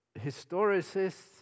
Historicists